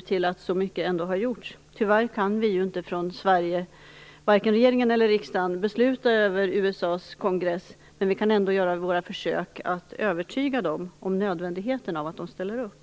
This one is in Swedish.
och till att så mycket ändå har gjorts. Tyvärr kan vi inte från Sverige - vare sig regeringen eller riksdagen - besluta över USA:s kongress, men vi kan ändå göra våra försök att övertyga USA om nödvändigheten av att man ställer upp.